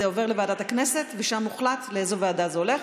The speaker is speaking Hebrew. זה עובר לוועדת הכנסת ושם מוחלט לאיזה ועדה זה הולך.